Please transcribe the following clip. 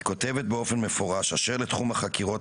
ועדת צדוק כותבת באופן מפורש: "אשר לתחום החקירות,